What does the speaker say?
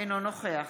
אינו נוכח